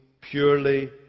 purely